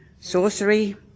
sorcery